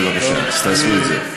בבקשה, תעשו את זה.